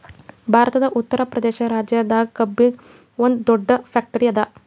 ಭಾರತದ್ ಉತ್ತರ್ ಪ್ರದೇಶ್ ರಾಜ್ಯದಾಗ್ ಕಬ್ಬಿನ್ದ್ ಒಂದ್ ದೊಡ್ಡ್ ಫ್ಯಾಕ್ಟರಿ ಅದಾ